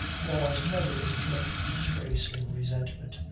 laws never inflict disgrace in resentment,